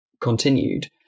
continued